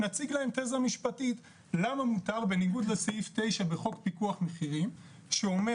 נציג להם תזה משפטית למה מותר בניגוד לסעיף 9 בחוק פיקוח מחירים שאומר